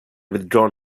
withdrawn